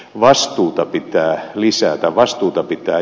vastuuta pitää lisätä vastuuta pitää